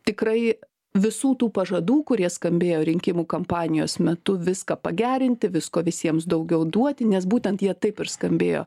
tikrai visų tų pažadų kurie skambėjo rinkimų kampanijos metu viską pagerinti visko visiems daugiau duoti nes būtent jie taip ir skambėjo